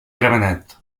gramenet